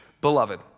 beloved